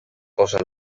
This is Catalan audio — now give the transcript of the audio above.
posa